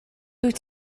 dwyt